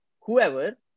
whoever